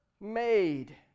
made